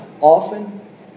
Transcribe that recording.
often